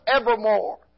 evermore